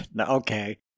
okay